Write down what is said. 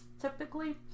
typically